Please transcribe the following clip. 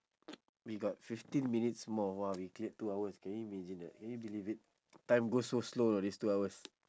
we got fifteen minutes more !wah! we cleared two hours can you imagine that can you believe it time goes so slow know these two hours